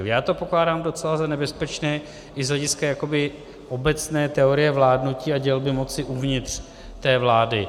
Já to pokládám docela za nebezpečné i z hlediska jakoby obecné teorie vládnutí a dělby moci uvnitř té vlády.